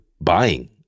buying